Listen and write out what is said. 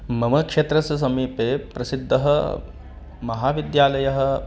मम क्षेत्रस्य समीपे प्रसिद्धः महाविद्यालयः